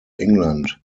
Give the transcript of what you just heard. england